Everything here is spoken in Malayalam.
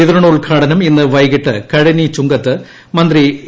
വിതരണോത്ഘാടനം ഇന്ന് വൈകീട്ട് കഴനി ചുങ്കത്ത് മന്ത്രി എ